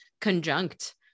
conjunct